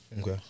Okay